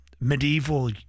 medieval